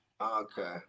Okay